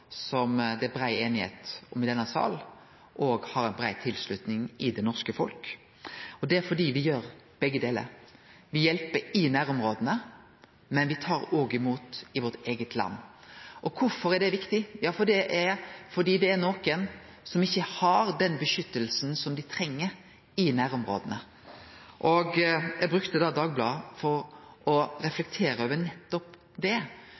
brei einigheit om i denne sal, òg har brei tilslutning i det norske folk. Det er fordi me gjer begge delar, me hjelper i nærområda, men me tar òg imot i vårt eige land. Kvifor er det viktig? Det er fordi det er nokre som ikkje får det vernet som dei treng, i nærområda. Eg brukte Dagbladet for å reflektere over nettopp det,